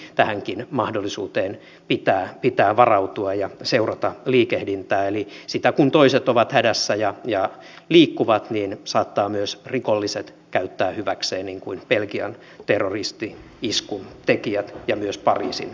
eli tähänkin mahdollisuuteen pitää varautua ja seurata liikehdintää eli sitä että kun toiset ovat hädässä ja liikkuvat saattavat myös rikolliset käyttää sitä hyväkseen niin kuin belgian terroristi iskun tekijät ja myös pariisin iskun tekijät